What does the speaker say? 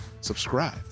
subscribe